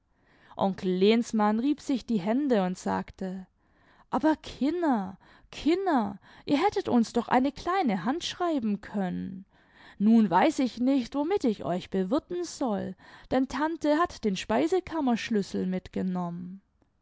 onkel lehnsmann rieb sich die hände und sagte aber kinner kinner ihr hättet uns doch eine kleine hand schreiben können nun weiß ich nicht womit ich euch bewirten soll denn tante hat den speisekammerschlüssel mitgenommen